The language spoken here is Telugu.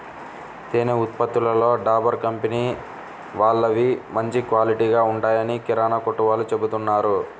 తేనె ఉత్పత్తులలో డాబర్ కంపెనీ వాళ్ళవి మంచి క్వాలిటీగా ఉంటాయని కిరానా కొట్టు వాళ్ళు చెబుతున్నారు